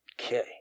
Okay